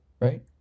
Right